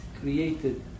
created